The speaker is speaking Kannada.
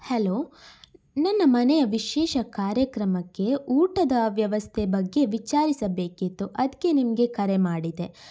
ಹಲೋ ನನ್ನ ಮನೆಯ ವಿಶೇಷ ಕಾರ್ಯಕ್ರಮಕ್ಕೆ ಊಟದ ವ್ಯವಸ್ಥೆ ಬಗ್ಗೆ ವಿಚಾರಿಸಬೇಕಿತ್ತು ಅದಕ್ಕೆ ನಿಮಗೆ ಕರೆ ಮಾಡಿದೆ